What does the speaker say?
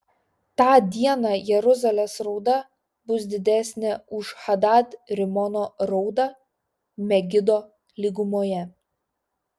tą dieną jeruzalės rauda bus didesnė už hadad rimono raudą megido lygumoje